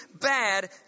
bad